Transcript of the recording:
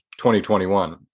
2021